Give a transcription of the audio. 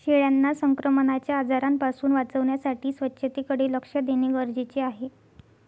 शेळ्यांना संक्रमणाच्या आजारांपासून वाचवण्यासाठी स्वच्छतेकडे लक्ष देणे गरजेचे आहे